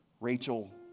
Rachel